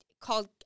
called